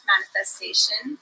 manifestation